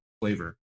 flavor